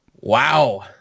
Wow